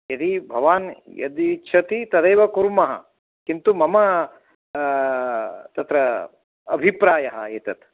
यदि भवान् यदि इच्छति तदेव कुर्मः किन्तु मम तत्र अभिप्रायः एतत्